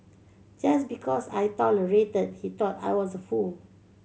just because I tolerated he thought I was a fool